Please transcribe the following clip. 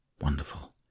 Wonderful